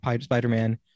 Spider-Man